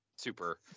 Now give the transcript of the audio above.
Super